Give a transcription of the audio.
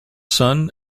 sun